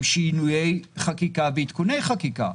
זה עם שינוי חקיקה ועדכוני חקיקה.